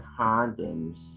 condoms